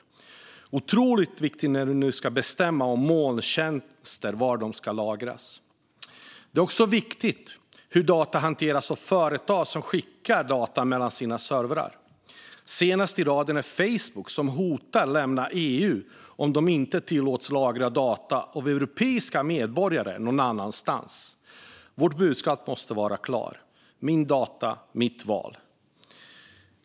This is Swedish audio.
Detta är otroligt viktigt när vi nu ska bestämma var molntjänster ska lagras. Det är också viktigt hur data hanteras av företag som skickar data mellan sina servrar. Senast i raden är Facebook, som nu hotar att lämna EU om de inte tillåts att lagra europeiska medborgares data någon annanstans. Vårt budskap måste vara klart: Mina data, mitt val.